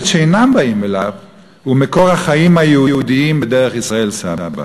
שהם אינם באים אליו הוא מקור החיים היהודיים בדרך ישראל סבא.